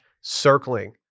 circling